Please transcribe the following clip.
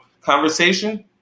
conversation